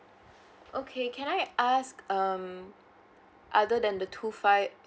okay can I ask um other than the two five